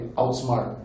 outsmart